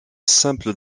simple